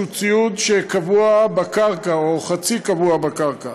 שהוא ציוד קבוע בקרקע או חצי קבוע בקרקע.